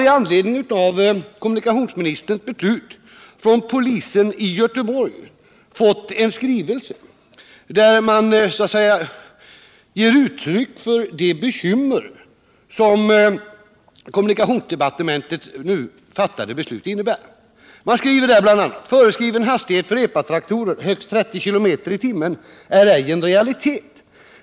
Med anledning av kommunikationsministerns beslut har jag från polisen i Göteborg fått en skrivelse, där man ger uttryck för de bekymmer som kommunikationsdepartementets nu fattade beslut innebär. Det heter i brevet bl.a.: ”Föreskriven hastighet för EPA-traktorer, högst 30 km i timmen, är ej en realitet.